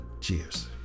Cheers